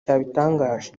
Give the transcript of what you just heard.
yabitangaje